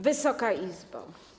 Wysoka Izbo!